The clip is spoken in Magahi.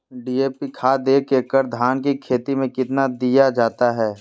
डी.ए.पी खाद एक एकड़ धान की खेती में कितना दीया जाता है?